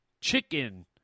chicken